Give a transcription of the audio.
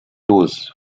tools